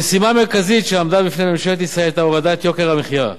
המשימה המרכזית שעמדה בפני ממשלת ישראל היתה הורדת יוקר המחיה.